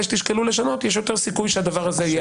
שתשקלו לשנות" יש יותר סיכוי שהדבר הזה יקרה.